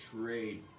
trade